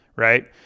right